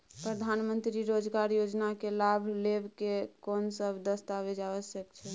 प्रधानमंत्री मंत्री रोजगार योजना के लाभ लेव के कोन सब दस्तावेज आवश्यक छै?